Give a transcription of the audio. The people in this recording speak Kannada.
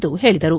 ಎಂದು ಹೇಳಿದರು